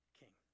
king